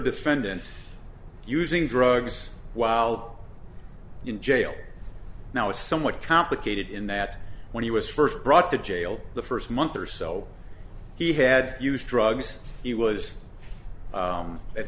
defendant using drugs while in jail now is somewhat complicated in that when he was first brought to jail the first month or so he had used drugs he was